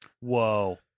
Whoa